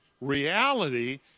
Reality